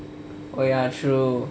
oh ya true